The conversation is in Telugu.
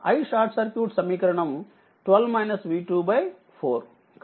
iSCసమీకరణం 4 కాబట్టి ఇది 0